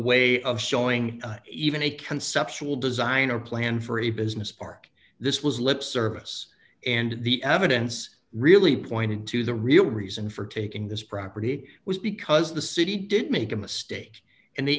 way of showing even a conceptual design or plan for a business park this was lip service and the evidence really pointing to the real reason for taking this property was because the city did make a mistake and the